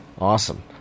awesome